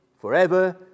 forever